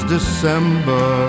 December